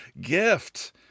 gift